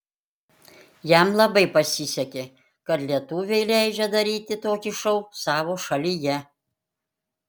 jam labai pasisekė kad lietuviai leidžia daryti tokį šou savo šalyje